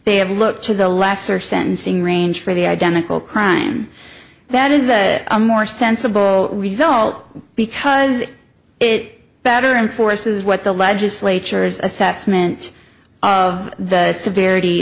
they have look to the lesser sentencing range for the identical crime that is a a more sensible result because it better and force is what the legislature is assessment of the severity